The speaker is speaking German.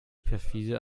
perfide